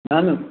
ഞാനും